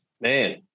Man